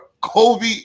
Kobe